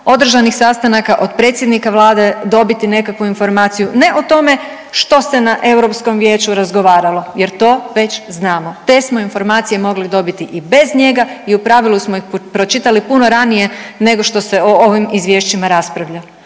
održanih sastanaka od predsjednika Vlade dobiti nekakvu informaciju ne o tome što se na Europskom vijeću razgovaralo jer to već znamo, te smo informacije mogli dobiti i bez njega i u pravilu smo ih pročitali puno ranije nego što se o ovim izvješćima raspravlja.